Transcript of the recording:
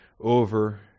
over